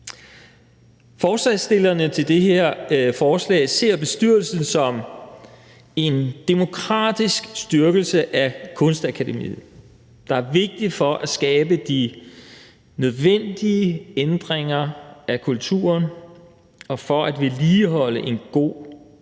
Forslagsstillerne af det her forslag ser bestyrelsen som en demokratisk styrkelse af Kunstakademiet, der er vigtig for at skabe de nødvendige ændringer af kulturen og for at vedligeholde en god kultur.